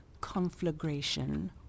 conflagration